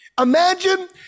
imagine